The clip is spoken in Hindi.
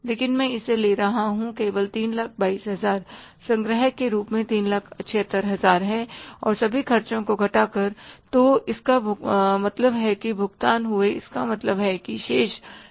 लेकिन मैं इसे ले रहा हूं केवल 322000 संग्रह के रूप में 376000 है और सभी खर्चों को घटाकर तो इसका मतलब है कि भुगतान हुए इसका मतलब है कि शेष 322000 है